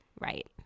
Right